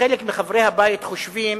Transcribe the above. שחלק מחברי הבית חושבים